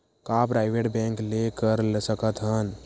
का private bank ले कर सकत हन?